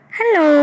Hello